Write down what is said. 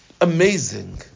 amazing